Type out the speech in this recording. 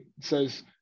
says